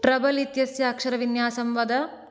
trouble इत्यस्य अक्षरविन्यासं वद